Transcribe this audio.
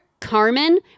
Carmen